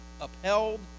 upheld